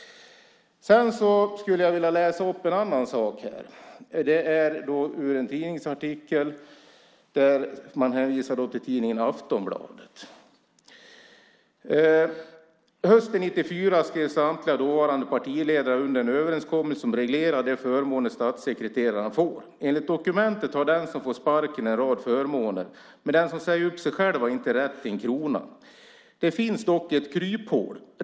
Jag skulle vilja läsa upp en annan sak. Det är en artikel i tidningen Aftonbladet. Det står så här: Hösten 1994 skrev samtliga dåvarande partiledare under en överenskommelse om reglerade förmåner som statssekreterarna får. Enligt dokumentet har den som får sparken en rad förmåner. Men den som säger upp sig själv har inte rätt till en krona. Det finns dock ett kryphål.